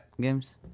games